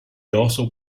also